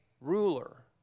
ruler